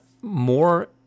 more